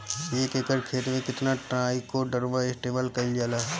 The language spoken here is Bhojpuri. एक एकड़ खेत में कितना ट्राइकोडर्मा इस्तेमाल कईल जाला?